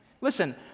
Listen